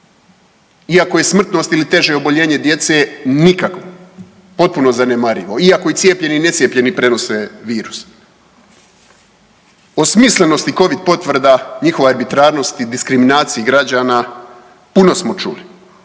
iako je smrtnost ili teže oboljenje djece nikakvo, potpuno zanemarivo, iako i cijepljeni i necijepljeni prenose virus? O smislenosti covid potvrda, njihove arbitrarnosti i diskriminaciji građana puno smo čuli,